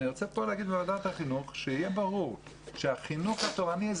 אני רוצה להגיד בוועדת החינוך שיהיה ברור שהחינוך התורני הוא